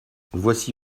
voici